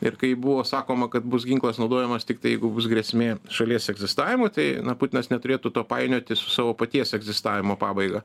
ir kaip buvo sakoma kad bus ginklas naudojamas tiktai jeigu bus grėsmė šalies egzistavimui tai na putinas neturėtų to painioti su savo paties egzistavimo pabaiga